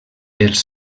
els